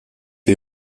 les